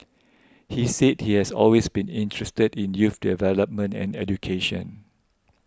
he said he has always been interested in youth development and education